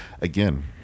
again